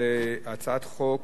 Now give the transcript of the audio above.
אני קובע שהצעת חוק